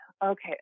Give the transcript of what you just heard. Okay